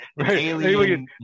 Alien